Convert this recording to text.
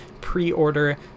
pre-order